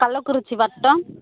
கள்ளக்குறிச்சி வட்டம்